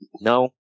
No